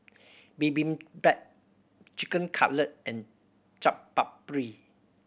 Bibimbap Chicken Cutlet and Chaat Papri